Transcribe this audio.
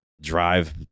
drive